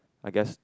I guess